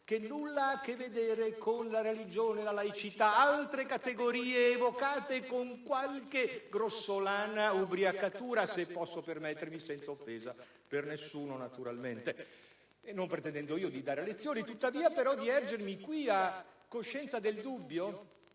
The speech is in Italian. che nulla ha a che vedere con la religione, la laicità. Altre categorie, evocate con qualche grossolana ubriacatura, anche qui senza offesa per nessuno: non pretendendo di dare lezioni, ma di ergermi qui a coscienza del dubbio